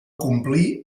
complir